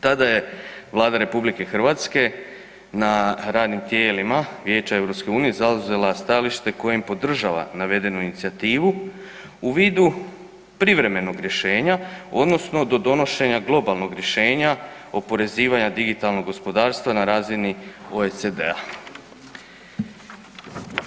Tada je Vlada RH na radnim tijelima Vijeća EU zauzela stajalište kojim podržava navedenu inicijativu u vidu privremenog rješenja odnosno do donošenja globalnog rješenja oporezivanja digitalnog gospodarstva na razini OECD-a.